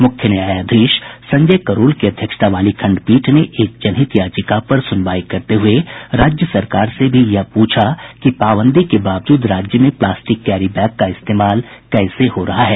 मुख्य न्यायाधीश संजय करोल की अध्यक्षता वाली खण्डपीठ ने एक जनहित याचिका पर सुनवाई करते हुए राज्य सरकार से भी यह पूछा है कि पाबंदी के बावजूद राज्य में प्लास्टिक कैरी बैग का इस्तेमाल कैसे हो रहा है